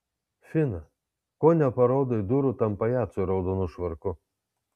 fina ko neparodai durų tam pajacui raudonu švarku